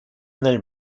nel